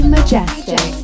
Majestic